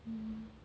mm